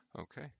Okay